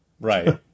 Right